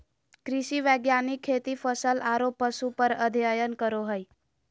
कृषि वैज्ञानिक खेती, फसल आरो पशु पर अध्ययन करो हइ